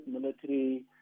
military